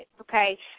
okay